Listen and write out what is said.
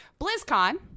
BlizzCon